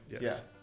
yes